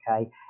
okay